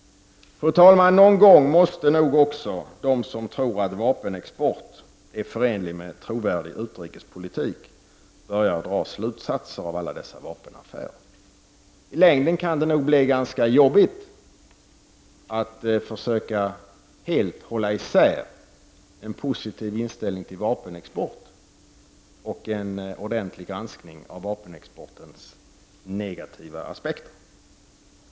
Fru talman! Någon gång måste nog också de som tror att vapenexport är förenlig med trovärdig utrikespolitik börja dra slutsatser av alla dessa vapenaffärer. I längden kan det nog bli ganska jobbigt att försöka helt hålla isär en positiv inställning till vapenexport och en ordentlig granskning av vapenexportens negativa aspekter.